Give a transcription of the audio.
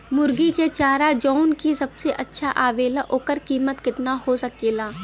मुर्गी के चारा जवन की सबसे अच्छा आवेला ओकर कीमत केतना हो सकेला?